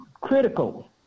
critical